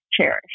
cherish